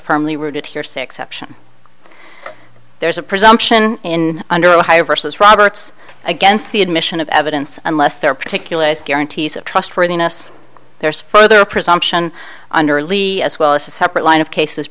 firmly rooted hearsay exception there's a presumption in under a higher versus roberts against the admission of evidence unless there are particular guarantees of trustworthiness there is further a presumption under levy as well as a separate line of cases